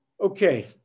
Okay